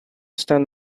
staan